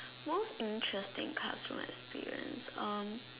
most interesting classroom experience um